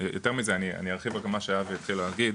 יותר מזה אני ארחיב רק במה שאבי התחיל להגיד,